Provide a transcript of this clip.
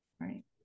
Right